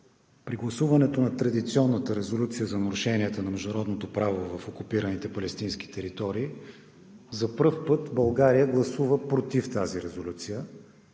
при гласуването на традиционната резолюция за нарушенията на международното право в окупираните палестински територии за първи път България гласува „против“ тази резолюция.